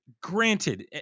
granted